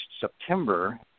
September